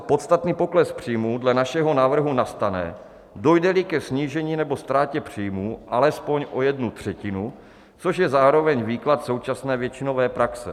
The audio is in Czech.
Podstatný pokles příjmu dle našeho návrhu nastane v případě, dojdeli ke snížení nebo ztrátě příjmu alespoň o jednu třetinu, což je zároveň výklad současné většinové praxe.